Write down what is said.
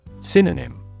Synonym